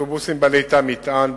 אוטובוסים בעלי תא מטען.